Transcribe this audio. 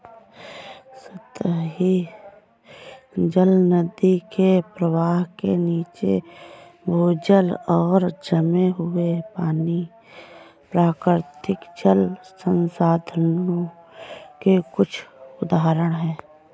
सतही जल, नदी के प्रवाह के नीचे, भूजल और जमे हुए पानी, प्राकृतिक जल संसाधनों के कुछ उदाहरण हैं